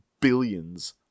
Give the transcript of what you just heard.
billions